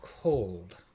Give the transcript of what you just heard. cold